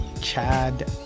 Chad